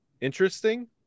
interesting